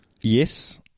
Yes